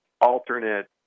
alternate